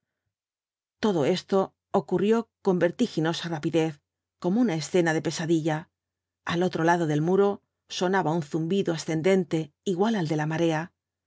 todo esto ocurrió con vertiginosa rapidez como una escena de pesadilla al otro lado del muro sonaba un zumbido ascendente igual al de la marea